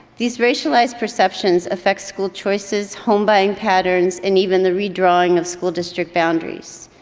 these racialized perceptions affects school choices, home buying patterns and even the redrawing of school district boundaries.